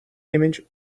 image